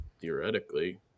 theoretically